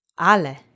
ale